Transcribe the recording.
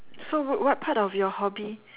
so what what part of your hobby